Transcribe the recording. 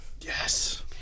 Yes